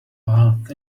laughed